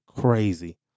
crazy